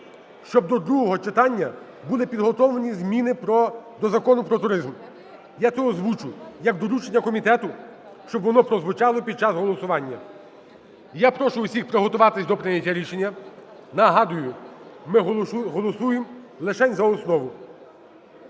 щоб до другого читання були підготовленні зміни до Закону "Про туризм". Я це озвучу як доручення комітету, щоб воно прозвучало під час голосування. Я прошу всіх приготуватись до прийняття рішення. Нагадую, ми голосуємо лишень за основу.